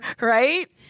Right